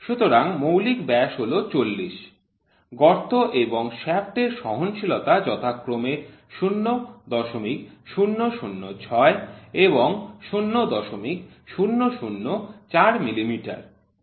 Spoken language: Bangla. সুতরাং মৌলিক ব্যাস হল ৪০ গর্ত এবং শ্য়াফ্ট এর সহনশীলতা যথাক্রমে ০০০৬ এবং ০০০৪ মিলিমিটার